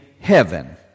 heaven